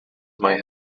might